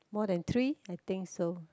more than three I think so